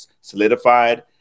solidified